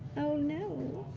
oh no.